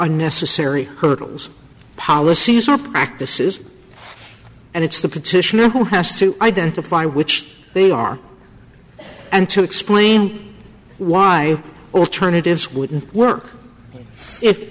unnecessary hurdles policies or practices and it's the petitioner who has to identify which they are and to explain why alternatives wouldn't work if